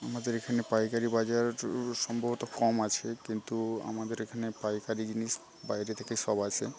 আমাদের এইখানে পাইকারি বাজার সম্ভবত কম আছে কিন্তু আমাদের এখানে পাইকারি জিনিস বাইরে থেকে সব আসে